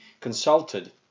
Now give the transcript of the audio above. consulted